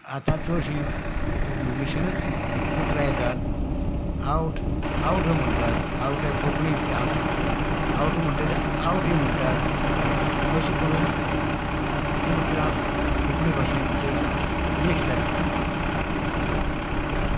आतां चडशीं इंग्लिशीनूच उतरां येतात आवट आवट म्हणटात आवट कोंकणींत आवट म्हणटा तेजें आवटी म्हणटात अशें करून हीं उतरां कोंकणी भाशेंत भितर मिक्स जाल्यात